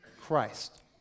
Christ